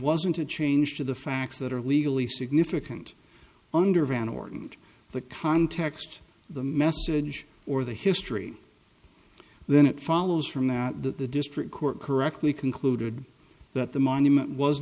wasn't a change to the facts that are legally significant under van orden and the context of the message or the history then it follows from that that the district court correctly concluded that the monument was